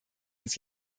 uns